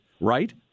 Right